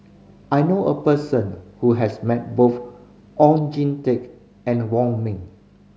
I know a person who has met both Oon Jin Teik and Wong Ming